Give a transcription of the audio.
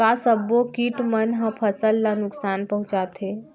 का सब्बो किट मन ह फसल ला नुकसान पहुंचाथे?